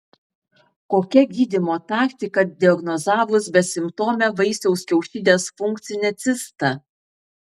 kokia gydymo taktika diagnozavus besimptomę vaisiaus kiaušidės funkcinę cistą